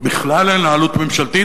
בכלל אין לה עלות ממשלתית,